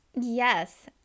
Yes